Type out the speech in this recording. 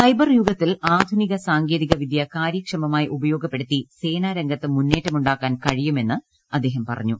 cyber യുഗത്തിൽ ആധുനിക സാങ്കേതിക വിദ്യ കാര്യക്ഷമമായി ഉപയോഗപ്പെടുത്തി സേനാ രംഗത്തും മുന്നേറ്റമുണ്ടാക്കാൻ കഴിയുമെന്ന് അദ്ദേഹം പറഞ്ഞു